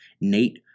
Nate